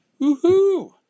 Woohoo